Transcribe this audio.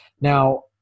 Now